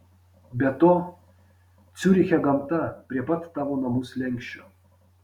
be to ciuriche gamta prie pat tavo namų slenksčio